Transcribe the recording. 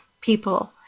people